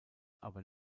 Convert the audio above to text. aber